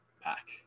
pack